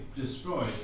destroyed